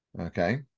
Okay